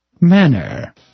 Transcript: manner